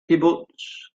cibwts